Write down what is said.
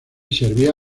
servía